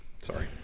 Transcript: sorry